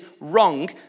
wrong